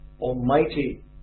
almighty